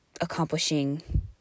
accomplishing